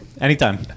Anytime